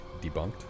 debunked